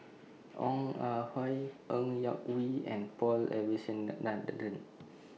Ong Ah Hoi Ng Yak Whee and Paul